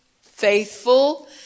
faithful